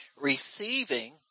receiving